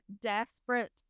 desperate